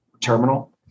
terminal